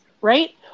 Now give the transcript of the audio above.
right